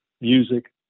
music